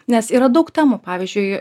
nes yra daug temų pavyzdžiui